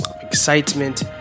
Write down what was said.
excitement